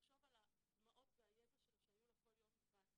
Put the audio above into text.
ולחשוב על הדמעות ויזע שהיו לה כל יום בהסעות.